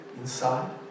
inside